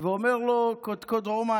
והוא אומר לו: קודקוד רומא,